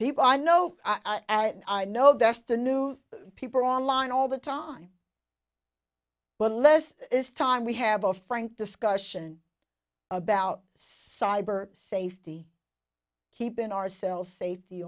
people i know and i know that's the new people online all the time but less is time we have a frank discussion about cyber safety keeping ourselves safety